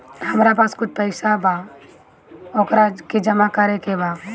हमरा पास कुछ पईसा बा वोकरा के जमा करे के बा?